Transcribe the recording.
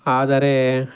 ಆದರೆ